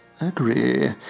agree